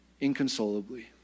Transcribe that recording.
inconsolably